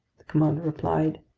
the commander replied,